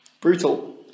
Brutal